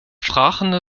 vragende